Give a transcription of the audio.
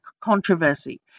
controversy